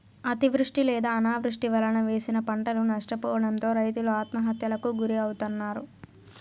అతివృష్టి లేదా అనావృష్టి వలన వేసిన పంటలు నష్టపోవడంతో రైతులు ఆత్మహత్యలకు గురి అవుతన్నారు